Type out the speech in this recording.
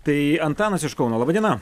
tai antanas iš kauno laba diena